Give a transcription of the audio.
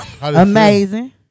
Amazing